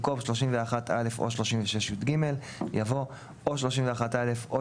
במקום "31א או 36יג" יבוא "או 31א",